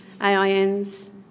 AINs